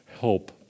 help